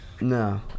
No